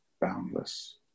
boundless